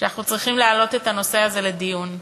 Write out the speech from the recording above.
שאנחנו צריכים להעלות את הנושא הזה לדיון.